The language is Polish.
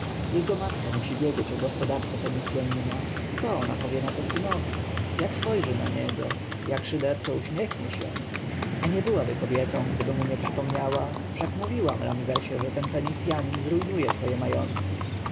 jego matka musi wiedzieć o gospodarce fenicjanina co ona powie na to synowi jak spojrzy na niego jak szyderczo uśmiechnie się a nie byłaby kobietą gdyby mu nie przypomniała wszak mówiłam ramzesie że ten fenicjanin zrujnuje twoje majątki